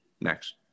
Next